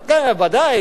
ודאי,